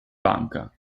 banca